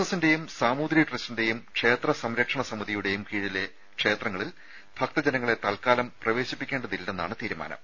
എസ്സിന്റെയും സാമൂതിരി ട്രസ്റ്റിന്റെയും ക്ഷേത്ര സംരക്ഷണ സമിതിയുടെയും കീഴിലെ അമ്പലങ്ങളിൽ ഭക്തജനങ്ങളെ തൽക്കാലം പ്രവേശിപ്പിക്കേണ്ടതില്ലെന്നാണ് തീരുമാനം